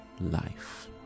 life